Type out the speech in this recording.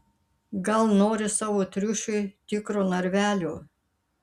gal nori savo triušiui tikro narvelio